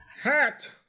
hat